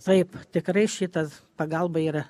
taip tikrai šitas pagalba yra